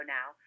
now